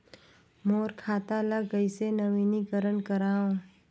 मोर खाता ल कइसे नवीनीकरण कराओ?